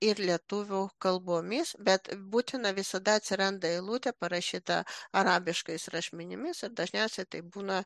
ir lietuvių kalbomis bet būtina visada atsiranda eilutė parašyta arabiškais rašmenimis ir dažniausiai tai būna